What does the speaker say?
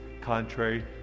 contrary